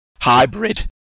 hybrid